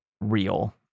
real